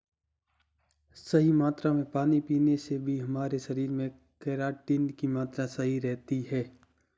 सही मात्रा में पानी पीने से भी हमारे शरीर में केराटिन की मात्रा सही रहती है